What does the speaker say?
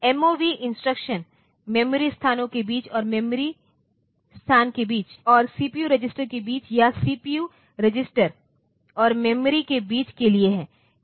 MOV instruction memory स्थानों के बीच और मेमोरी स्थान के बीच और सीपीयू रजिस्टर के बीच या सीपीयू रजिस्टर और मेमोरी के बीच के लिए है